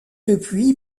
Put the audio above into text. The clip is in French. depuis